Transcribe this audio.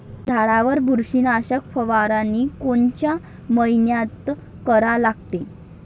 झाडावर बुरशीनाशक फवारनी कोनच्या मइन्यात करा लागते?